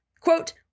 quote